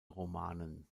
romanen